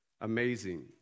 amazing